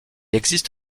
existe